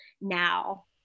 now